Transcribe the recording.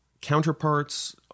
counterparts